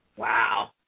Wow